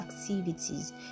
activities